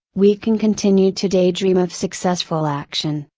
we can continue to daydream of successful action,